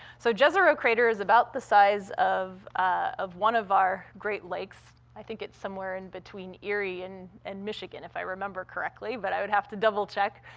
so jezero crater is about the size of of one of our great lakes. i think it's somewhere in-between erie and and michigan if i remember correctly, but i would have to double-check.